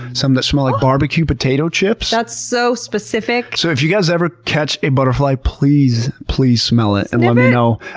some that smell like barbecue potato chips. that's so specific. so if you guys ever catch a butterfly, please, please smell it and let me know.